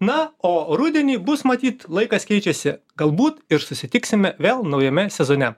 na o rudenį bus matyt laikas keičiasi galbūt ir susitiksime vėl naujame sezone